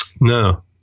No